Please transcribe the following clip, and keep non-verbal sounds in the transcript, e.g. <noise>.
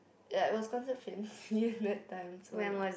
ya it was considered fancy <breath> at that time so ya